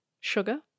sugar